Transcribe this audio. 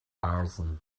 arson